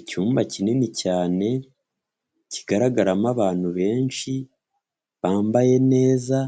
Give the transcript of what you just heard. Icyumba kinini cyane kigaragaramo abantu benshi bambaye neza